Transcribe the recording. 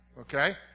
Okay